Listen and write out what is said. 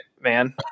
man